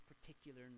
particular